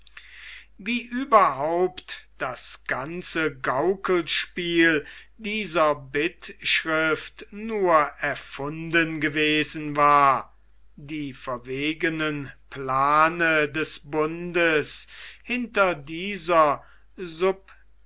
wie überhaupt das ganze gaukelspiel dieser bittschrift nur erfunden gewesen war die verwegeneren plane des bundes hinter dieser